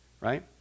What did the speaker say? right